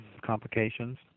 complications